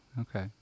okay